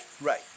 right